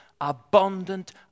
abundant